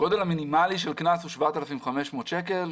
הסכום המינימלי של קנס הוא 7,500 שקלים.